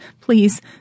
please